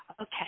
Okay